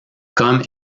comme